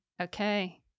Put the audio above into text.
Okay